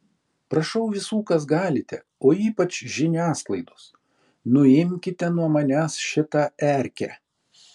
prašau visų kas galite o ypač žiniasklaidos nuimkite nuo manęs šitą erkę